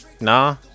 nah